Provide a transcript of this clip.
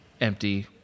empty